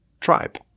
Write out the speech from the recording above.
tribe